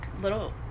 little